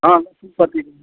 हाँ लक्ष्मीपति भी हैं